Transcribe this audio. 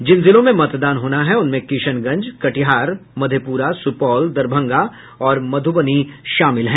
जिन जिलों में मतदान होना है उनमें किशनगंज कटिहार मधेपुरा सुपौल दरभंगा और मधुबनी जिले शामिल हैं